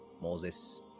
Moses